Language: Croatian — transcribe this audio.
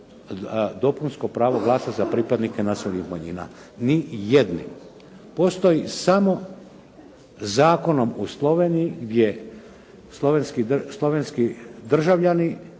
dopunsko pravo glasa za pripadnike nacionalnih manjina, ni jednim. Postoji samo zakonom u Sloveniji gdje slovenski državljani